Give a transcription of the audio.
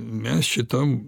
mes šitam